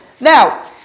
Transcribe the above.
Now